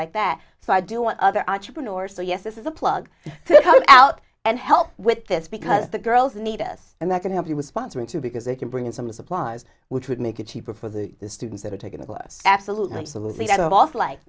like that so i do want other entrepreneurs so yes this is a plug come out and help with this because the girls need us and that can help you with sponsoring too because they can bring in some supplies which would make it cheaper for the students that are taking the clothes absolutely